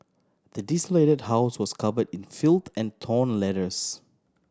the desolated house was covered in filth and torn letters